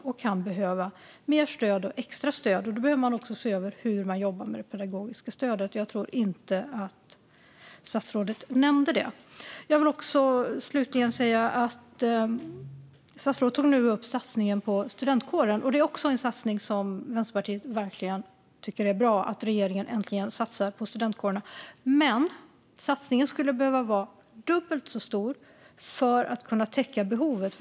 De kan behöva mer och extra stöd, och då behöver man se över hur man jobbar med det pedagogiska stödet. Jag tror inte att statsrådet nämnde det. Slutligen vill jag beröra att statsrådet tog upp satsningen på studentkårerna. Vänsterpartiet tycker verkligen att det är bra att regeringen äntligen satsar på studentkårerna, men satsningen skulle behöva vara dubbelt så stor för att täcka behovet.